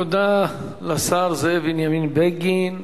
תודה לשר זאב בנימין בגין.